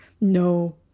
no